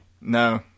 no